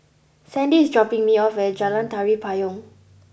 Sandie is dropping me off at Jalan Tari Payong